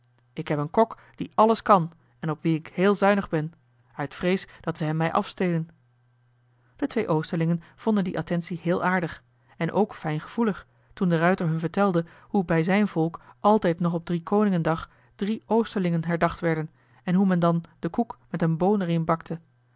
ik heb een kok die alles kan en op wien ik heel zuinig ben uit vrees dat ze hem mij afstelen de twee oosterlingen vonden die attentie heel aardig en k fijngevoelig toen de ruijter hun vertelde hoe bij zijn volk altijd nog op driekoningendag drie oosterlingen herdacht werden en hoe men dan den koek met een boon er in bakte